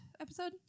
episode